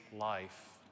life